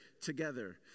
together